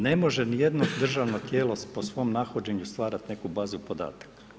Ne može ni jedno državno tijelo po svom nahođenju stvarati neku bazu podataka.